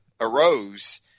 arose